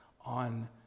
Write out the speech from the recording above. on